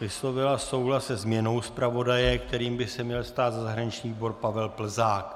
vyslovila souhlas se změnou zpravodaje, kterým by se měl stát za zahraniční výbor Pavel Plzák.